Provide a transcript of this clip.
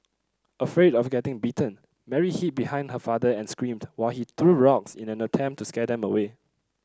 afraid of getting bitten Mary hid behind her father and screamed while he threw rocks in an attempt to scare them away